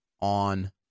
on